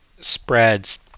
spreads